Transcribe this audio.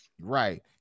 Right